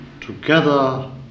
Together